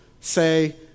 say